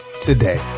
today